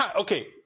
Okay